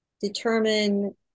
determine